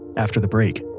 after the break